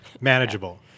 manageable